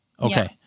Okay